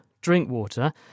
Drinkwater